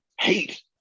hate